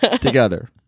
together